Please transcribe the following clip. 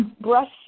Brush